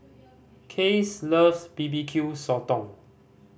Case loves B B Q Sotong